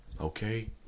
Okay